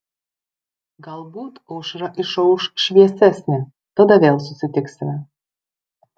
galbūt aušra išauš šviesesnė tada vėl susitiksime